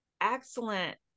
excellent